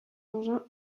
engins